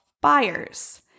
buyers